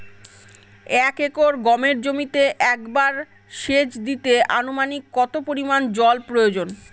এক একর গমের জমিতে একবার শেচ দিতে অনুমানিক কত পরিমান জল প্রয়োজন?